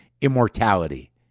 immortality